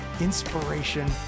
inspiration